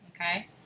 okay